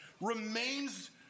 remains